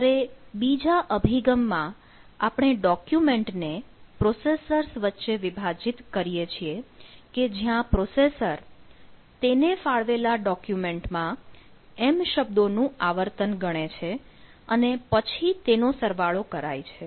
જ્યારે બીજા અભિગમમાં આપણે ડોક્યુમેન્ટ ને પ્રોસેસર્સ વચ્ચે વિભાજિત કરીએ છીએ કે જ્યાં પ્રોસેસર તેને ફાળવેલા ડોકયુમેન્ટ માં m શબ્દો નું આવર્તન ગણે છે અને પછી તેનો સરવાળો કરાય છે